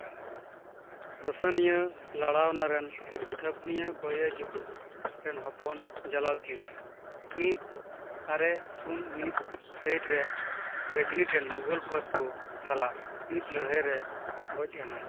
ᱨᱳᱥᱟᱹᱱᱤᱭᱟᱹ ᱞᱟᱲᱟᱣᱱᱟ ᱨᱮᱱ ᱛᱷᱟᱯᱚᱱᱤᱭᱟ ᱵᱟᱹᱭᱟᱡᱤ ᱠᱚ ᱨᱮᱱ ᱦᱚᱯᱚᱱ ᱡᱟᱞᱟᱞᱩᱫᱽᱫᱤᱱ ᱢᱤᱫ ᱟᱨᱮ ᱥᱩᱱ ᱢᱤᱫ ᱥᱟᱹᱦᱤᱛ ᱨᱮ ᱜᱚᱡᱽᱱᱤ ᱴᱷᱮᱱ ᱢᱩᱜᱷᱟᱹᱞ ᱯᱷᱟᱹᱫ ᱠᱚ ᱥᱟᱞᱟᱜ ᱢᱤᱫ ᱞᱟᱹᱲᱦᱟᱹᱭ ᱨᱮ ᱜᱚᱡ ᱞᱮᱱᱟᱭ